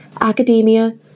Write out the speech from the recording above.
academia